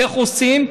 איך עושים?